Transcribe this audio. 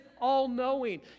all-knowing